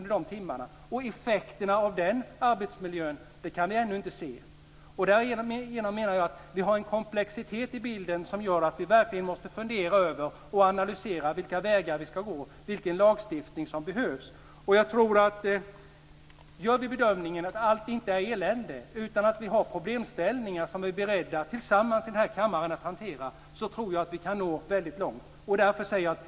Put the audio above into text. Effekterna av den arbetsmiljön kan vi ännu inte se. Jag menar att vi har en komplexitet i bilden som gör att vi verkligen måste fundera över och analysera vilka vägar vi ska gå och vilken lagstiftning som behövs. Om vi gör bedömningen att allt inte bara är elände, utan att vi har problem som vi är beredda att hantera tillsammans i kammaren kan vi nå långt.